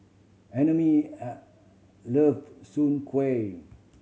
Emery an love Soon Kuih